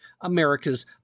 America's